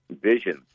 visions